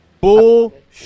Bullshit